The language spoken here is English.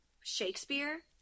Shakespeare